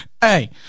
hey